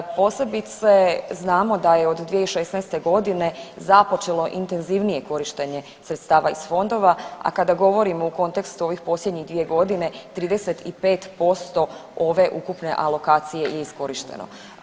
Posebice znamo da je od 2016.g. započelo intenzivnije korištenje sredstava iz fondova, a kada govorimo u kontekstu ovih posljednjih 2.g. 35% ove ukupne alokacije je iskorišteno.